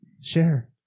share